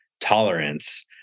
tolerance